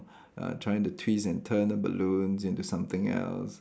uh trying to twist and turn the balloons into something else